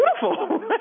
beautiful